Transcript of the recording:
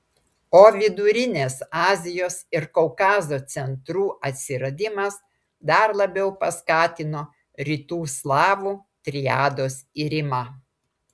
o vidurinės azijos ir kaukazo centrų atsiradimas dar labiau paskatino rytų slavų triados irimą